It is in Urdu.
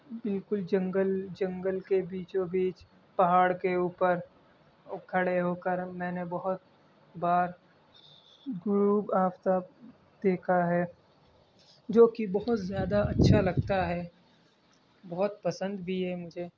بالکل جنگل جنگل کے بیچ و بیچ پہاڑ کے اوپر اور کھڑے ہو کر میں نے بہت بار غروب آفتاب دیکھا ہے جو کہ بہت زیادہ اچھا لگتا ہے بہت پسند بھی ہے مجھے